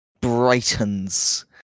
brightens